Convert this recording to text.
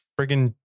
friggin